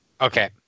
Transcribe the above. Okay